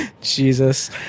Jesus